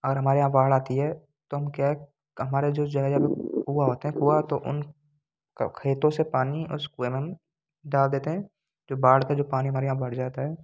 और हमारे यहाँ बाढ़ आती है तो हम क्या है हमारा जो जगह है जहाँ पे हम लोग कुआं होता है कुआं तो उन का खेतों से पानी उस कुएं में हम डाल देते हैं जो बाढ़ का जो पानी हमारे यहाँ भर जाता है